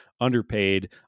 underpaid